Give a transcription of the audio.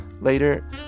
later